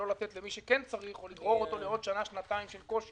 לא לתת למי שכן צריך או לגרור אותו לעוד שנה שנתיים של קושי